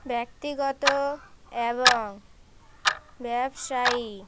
ব্যক্তিগত এবং ব্যবসায়ী